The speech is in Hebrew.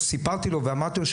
סיפרתי לו ואמרתי לו,